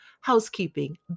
housekeeping